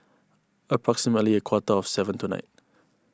approximately a quarter to seven tonight